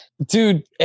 Dude